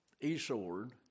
e-sword